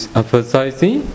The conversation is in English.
emphasizing